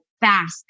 fast